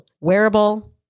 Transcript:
wearable